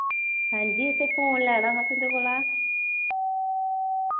हां जी असैं फोन लैना हा तुं'दे कोला